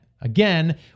Again